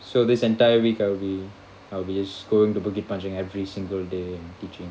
so this entire week I'll be I'll be just going to bukit panjang every single day and teaching